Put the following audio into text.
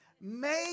Make